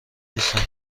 نیستم